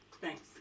Thanks